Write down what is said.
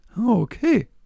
Okay